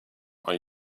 are